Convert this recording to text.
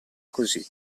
così